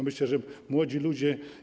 Myślę, że młodzi ludzie.